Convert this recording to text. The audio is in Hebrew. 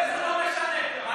לא משנה לו,